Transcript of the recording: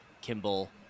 Kimball